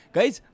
Guys